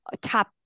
top